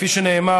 כפי שנאמר,